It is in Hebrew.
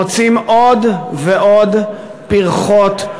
מוצאים עוד ועוד פרכות,